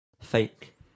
fake